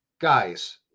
Guys